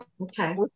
Okay